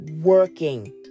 working